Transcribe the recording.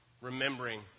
Remembering